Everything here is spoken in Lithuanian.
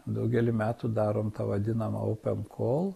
daugelį metų darom tą vadinamą oupenkol